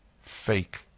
fake